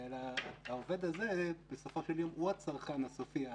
העובד הזה בסופו של יום הוא הצרכן הסופי.